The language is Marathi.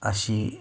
अशी